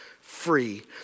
free